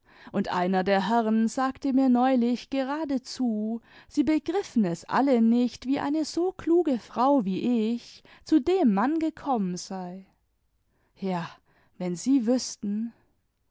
und einer der herren sagte mir neulich geradezu sie begriffen es alle nicht wie eine so kluge frau wie ich zu dem mann gekommen sei ja wenn sie wüßten